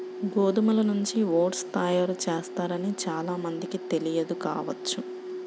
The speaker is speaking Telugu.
గోధుమల నుంచి ఓట్స్ తయారు చేస్తారని చాలా మందికి తెలియదు కావచ్చు